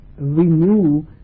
renew